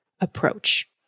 approach